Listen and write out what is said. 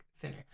thinner